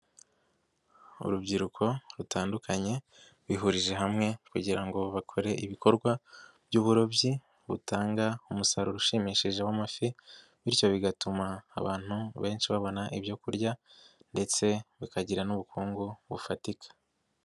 Urubyiruko rutandukanye bihurije hamwe kugira ngo bakore ibikorwa by'uburobyi butanga umusaruro ushimishije w'amafi bityo bigatuma abantu benshi babona ibyo kurya ndetse bakagira n'ubukungu bufatika.